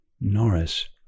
Norris